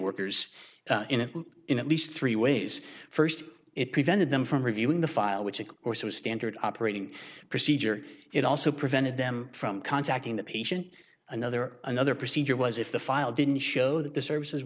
workers in at least three ways first it prevented them from reviewing the file which of course was standard operating procedure it also prevented them from contacting the patient another another procedure was if the file didn't show that the services